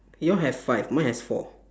yours have five mine has four